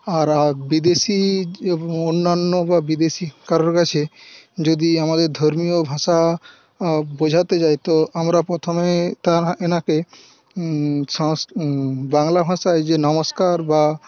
আর বিদেশী অন্যান্য বা বিদেশী কারোর কাছে যদি আমাদের ধর্মীয় ভাষা বোঝাতে যায় তো আমরা প্রথমে তা এনাকে সংস্ক্র বাংলা ভাষায় যে নমস্কার বা